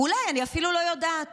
אולי, אני אפילו לא יודעת